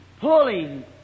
pulling